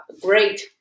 great